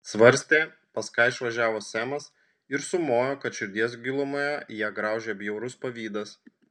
svarstė pas ką išvažiavo semas ir sumojo kad širdies gilumoje ją graužia bjaurus pavydas